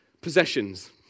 possessions